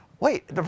Wait